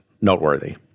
noteworthy